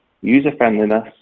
user-friendliness